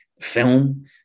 film